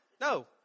No